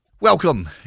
Welcome